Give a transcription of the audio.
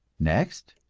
next,